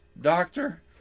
doctor